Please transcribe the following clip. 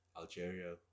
Algeria